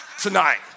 tonight